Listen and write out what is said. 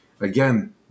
Again